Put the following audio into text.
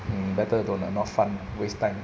mm better don't lah not fun waste time